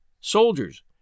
soldiers